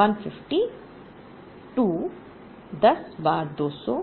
150 2 10 बार 200